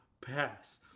pass